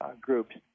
groups